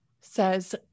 says